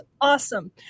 awesome